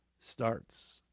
starts